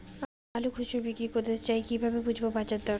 আলু খুচরো বিক্রি করতে চাই কিভাবে বুঝবো বাজার দর?